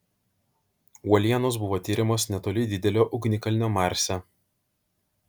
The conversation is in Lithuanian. uolienos buvo tiriamos netoli didelio ugnikalnio marse